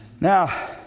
Now